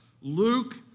Luke